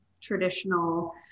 traditional